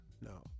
no